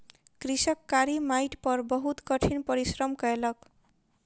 कृषक कारी माइट पर बहुत कठिन परिश्रम कयलक